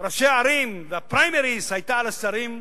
ראשי הערים והפריימריס היתה על השרים,